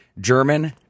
German